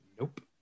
Nope